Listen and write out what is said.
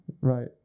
Right